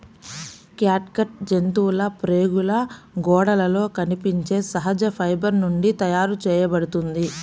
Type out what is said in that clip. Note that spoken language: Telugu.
క్యాట్గట్ జంతువుల ప్రేగుల గోడలలో కనిపించే సహజ ఫైబర్ నుండి తయారు చేయబడుతుంది